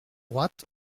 droite